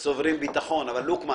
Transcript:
בבקשה, לוקמן.